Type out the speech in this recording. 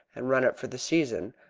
and run up for the season.